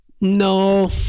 No